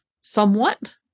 somewhat